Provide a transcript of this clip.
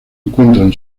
encuentran